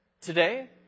Today